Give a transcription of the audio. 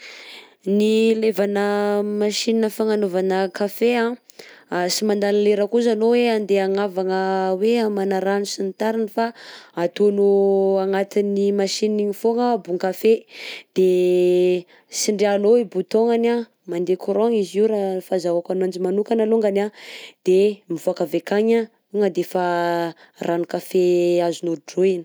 Ny ilaivana machine fagnanovana kafe anh, sy mandany lera koza anao hoe andeha hagnavagna hoe hamana rano sy ny tariny fa ataonao agnatin'ny machine igny foagna boan-kafe, de sindrianao i bouton-gnany anh, mandeha courant izy io raha fahazahoako ananjy manokana alongany anh, de mivoaka avy akagny anh tonga de efa ranon-kafe azonao drohina.